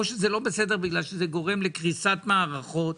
שזה לא בסדר בגלל שזה גורם לקריסת מערכות,